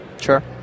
sure